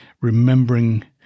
remembering